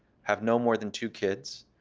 have no more than two kids.